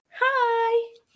hi